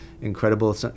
Incredible